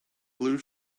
blue